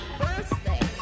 birthday